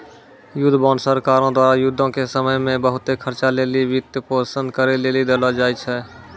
युद्ध बांड सरकारो द्वारा युद्धो के समय मे बहुते खर्चा लेली वित्तपोषन करै लेली देलो जाय छै